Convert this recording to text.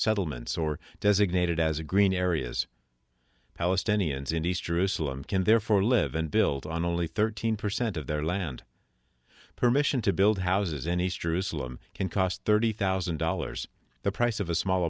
settlements or designated as a green areas palestinians in east jerusalem can therefore live and build on only thirteen percent of their land permission to build houses in east jerusalem can cost thirty thousand dollars the price of a small